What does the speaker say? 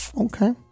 okay